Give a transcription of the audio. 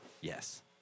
Yes